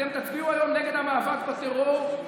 אתם תצביעו היום נגד המאבק בטרור,